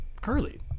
Curly